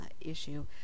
issue